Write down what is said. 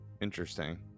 Interesting